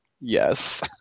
yes